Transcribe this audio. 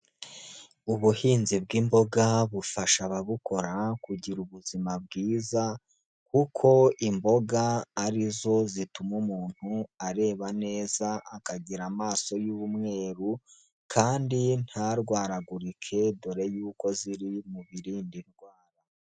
Ubuhinzi bw'imboga bufasha ababukora kugira ubuzima bwiza kuko imboga ari zo zituma umuntu areba neza, akagira amaso y'umweru kandi ntarwaragurike do yuko ziri mu birinda ndwara.